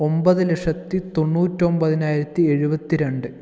ഒമ്പത് ലക്ഷത്തി തൊണ്ണൂറ്റൊമ്പതിനായിരത്തി എഴുപത്തിരണ്ട്